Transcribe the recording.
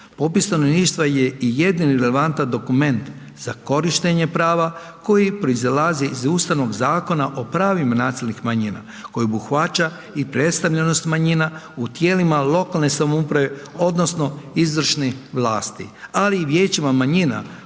Popis stanovništva je i jedini relevantan dokument za korištenje prava koji proizilazi iz Ustavnog zakona o pravima nacionalnih manjina koji obuhvaća i predstavljenost manjima u tijelima lokalne samouprave odnosno izvršnih vlasti, ali i vijećima manjina